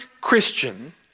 Christian